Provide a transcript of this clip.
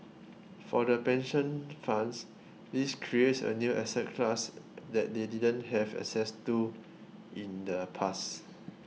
for the pension funds this creates a new asset class that they didn't have access to in the past